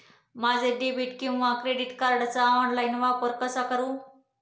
मी debit किंवा credit कार्डचा online वापर कसा करु?